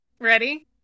Ready